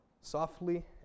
softly